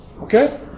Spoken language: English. Okay